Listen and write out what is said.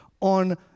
on